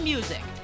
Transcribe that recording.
Music